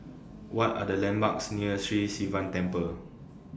What Are The landmarks near Sri Sivan Temple